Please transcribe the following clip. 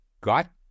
got